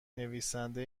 نویسنده